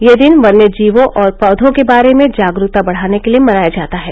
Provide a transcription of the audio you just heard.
यह दिन वन्य जीवों और पौधों के बारे में जागरूकता बढ़ाने के लिए मनाया जाता है